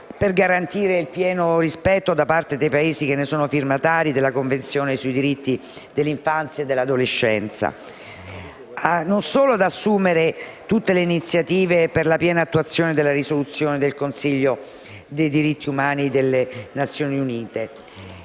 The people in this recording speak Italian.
per garantire il pieno rispetto, da parte dei Paesi che ne sono firmatari, della Convenzione sui diritti dell'infanzia e dell'adolescenza, non solo assumere tutte le iniziative per la piena attuazione della risoluzione del Consiglio per i diritti umani delle Nazioni Unite